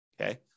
Okay